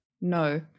No